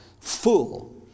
full